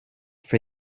for